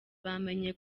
bamenye